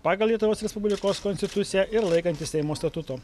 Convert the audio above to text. pagal lietuvos respublikos konstituciją ir laikantis seimo statuto